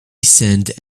send